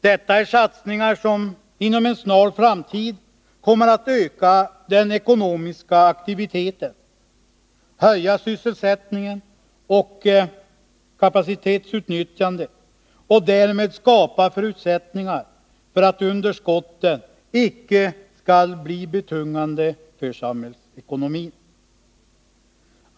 Detta är satsningar som inom en snar framtid kommer att öka den ekonomiska aktiviteten, höja sysselsättning och kapacitetsutnyttjande och därmed skapa förutsättningar för att underskottet icke skall bli betungande för samhällsekonomin.